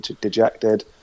dejected